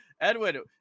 edwin